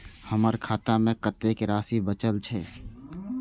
हमर खाता में कतेक राशि बचल छे?